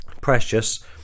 precious